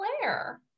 Claire